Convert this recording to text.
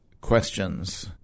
questions